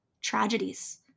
tragedies